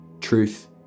Truth